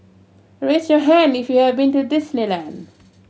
raise your hand if you have been to Disneyland